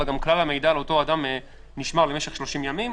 וגם כלל המידע על אותו אדם נשמר במשך 30 ימים,